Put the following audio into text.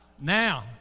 Now